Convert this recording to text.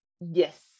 Yes